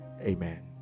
amen